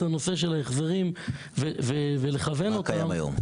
הנושא של ההחזרים ולכוון אותם --- מה קיים היום?